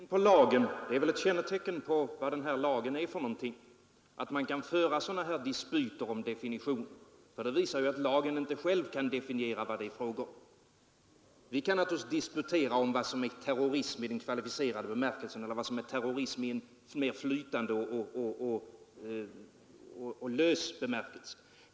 Herr talman! Fröken Mattson, det är väl kännetecken på vad den här lagen är för någonting, när man kan föra sådana här dispyter om definitioner. För det visar ju att lagen själv inte kan definiera vad det är fråga om. Vi kan naturligtvis disputera om vad som är terrorism i den kvalificerade bemärkelsen eller vad som är terrorism i en mer flytande och lös bemärkelse.